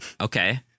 Okay